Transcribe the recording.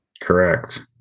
Correct